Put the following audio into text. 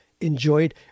enjoyed